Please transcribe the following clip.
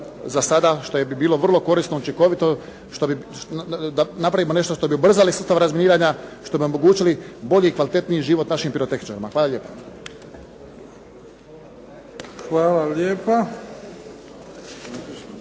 za sada što bi bilo vrlo korisno, učinkovito, da napravimo nešto što bi ubrzalo sustav razminiranja, što bi omogućilo bolji i kvalitetniji život našim pirotehničarima. Hvala lijepa. **Bebić,